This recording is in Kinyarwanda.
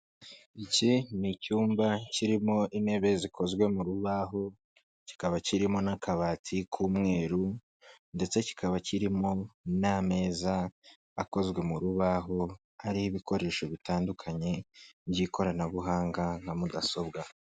Iki ni icyumba kirimo intebe zikozwe mu rubaho, kikaba kirimo n'akabati k'umweru. Ndetse kikaba kirimo n'ameza akozwe mu rubaho, ariho ibikoresho bitandukanye by'ikoranabuhanga nka mudasobwa.